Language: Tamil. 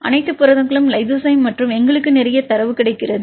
எனவே அனைத்து புரதங்களும் லைசோசைம் மற்றும் எங்களுக்கு நிறைய தரவு கிடைக்கிறது